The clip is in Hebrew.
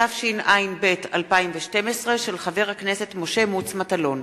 התשע”ב 2012, של חבר הכנסת משה מטלון,